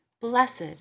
Blessed